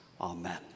Amen